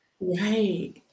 Right